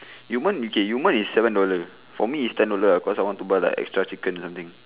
you want okay you want is seven dollar for me is ten dollar because I want to buy the extra chicken or something